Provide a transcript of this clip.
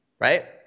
right